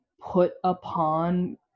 put-upon